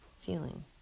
feeling